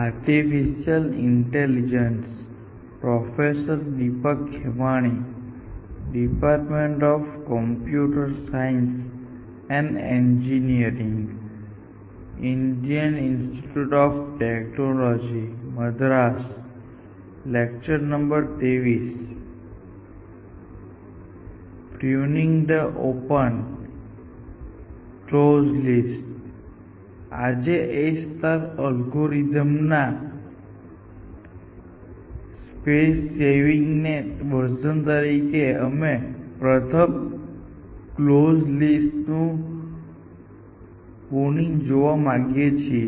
આજે A algorithm ના space saving version તરીકે અમે પ્રથમ કલોઝ લિસ્ટ નું પ્રુનિંગ જોવા માંગીએ છીએ